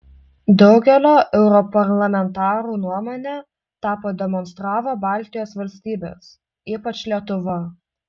daugelio europarlamentarų nuomone tą pademonstravo baltijos valstybės ypač lietuva